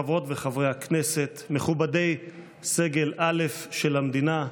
חברות וחברי הכנסת, מכובדי סגל א' של המדינה,